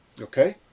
Okay